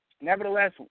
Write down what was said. Nevertheless